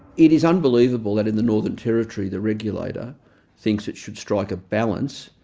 it is unbelievable that in the northern territory, the regulator thinks it should strike a balance,